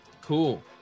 Cool